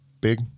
Big